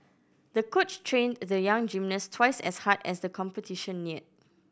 the coach trained the young gymnast twice as hard as the competition neared